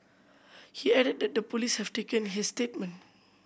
he added that the police have taken his statement